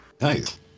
Nice